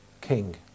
king